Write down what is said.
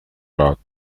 route